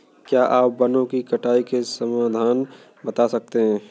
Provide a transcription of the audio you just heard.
क्या आप वनों की कटाई के समाधान बता सकते हैं?